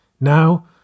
Now